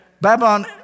Babylon